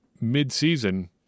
Mid-season